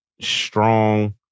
strong